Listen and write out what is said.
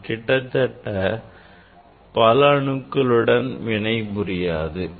இது கிட்டத்தட்ட பல அணுக்களுடன் வினை புரியாது